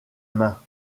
main